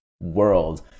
world